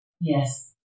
Yes